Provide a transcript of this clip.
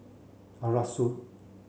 Arasu